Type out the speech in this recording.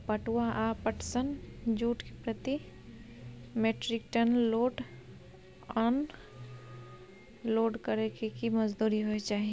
पटुआ या पटसन, जूट के प्रति metric tonne load unload करै के की मजदूरी होय चाही?